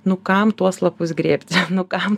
nu kam tuos lapus grėbt nu kam